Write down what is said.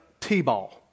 T-Ball